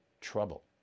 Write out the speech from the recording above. trouble